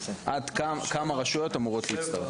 כמה רשויות אמורות להצטרף?